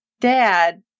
dad